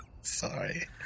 Sorry